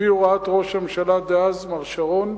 לפי הוראת ראש הממשלה דאז מר שרון,